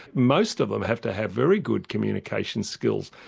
most of them have to have very good communication skills,